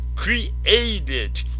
created